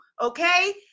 okay